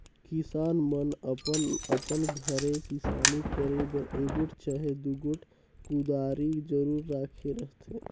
किसान मन अपन अपन घरे किसानी करे बर एगोट चहे दुगोट कुदारी जरूर राखे रहथे